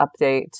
update